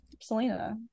Selena